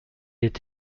est